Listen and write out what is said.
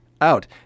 out